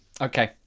Okay